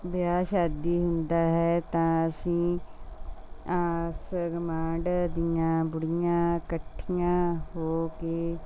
ਵਿਆਹ ਸ਼ਾਦੀ ਹੁੰਦਾ ਹੈ ਤਾਂ ਅਸੀਂ ਆਸ ਗੁਆਂਢ ਦੀਆਂ ਬੁੜੀਆਂ ਇਕੱਠੀਆਂ ਹੋ ਕੇ